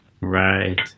Right